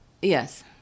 Yes